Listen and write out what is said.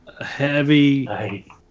heavy